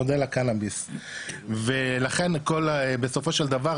מודל לקנאביס ולכן בסופו של דבר,